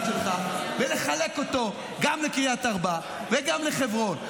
שלך ולחלק אותו גם לקריית ארבע וגם לחברון.